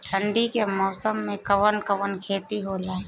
ठंडी के मौसम में कवन कवन खेती होला?